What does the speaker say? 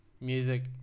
music